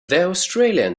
australian